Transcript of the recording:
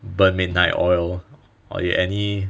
burn midnight oil or you any